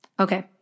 Okay